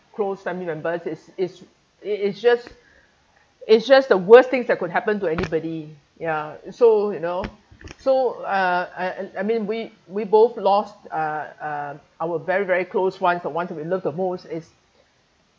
close family members is it's it is just it's just the worst thing that could happen to anybody ya so you know so uh uh I mean we we both lost uh uh our very very close ones the one that we love the most is